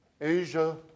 Asia